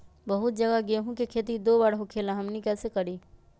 बहुत जगह गेंहू के खेती दो बार होखेला हमनी कैसे करी?